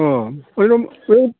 अ ओरैनो बे